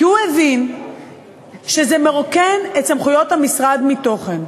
כי הוא הבין שזה מרוקן את סמכויות המשרד מתוכן.